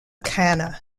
khanna